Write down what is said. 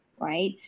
right